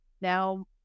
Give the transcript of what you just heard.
now